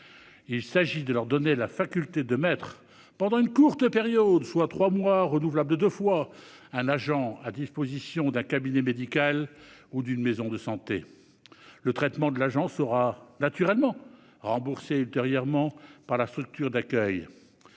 Il s'agit de leur donner la faculté de mettre à disposition un agent, pendant une courte période, soit trois mois, renouvelable deux fois, auprès d'un cabinet médical ou d'une maison de santé. Le traitement de l'agent sera naturellement remboursé ultérieurement par la structure d'accueil.